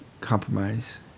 compromise